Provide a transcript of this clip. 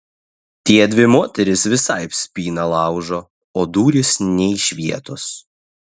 tiedvi moterys visaip spyną laužo o durys nė iš vietos